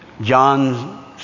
John